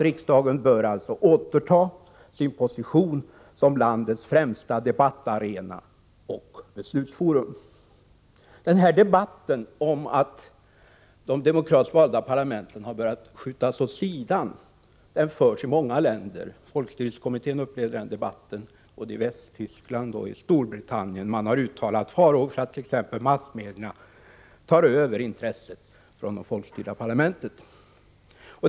Riksdagen bör alltså återta sin position som landets främsta debattarena och beslutsforum. I många länder förs en debatt om att de demokratiskt valda parlamenten har börjat skjutas åt sidan. Folkstyrelsekommittén upplevde den debatten vid sin resa till Västtyskland och Storbritannien. Man har uttalat farhågor för att intresset flyttas över till massmedierna från de folkstyrda parlamenten.